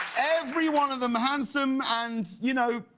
every one of them handsome and, you know,